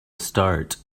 start